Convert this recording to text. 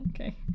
Okay